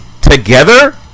together